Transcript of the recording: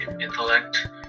intellect